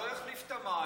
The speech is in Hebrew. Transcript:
לא יחליף את המים.